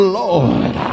lord